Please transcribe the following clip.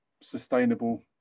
sustainable